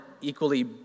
equally